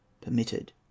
permitted